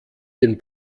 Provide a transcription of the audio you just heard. den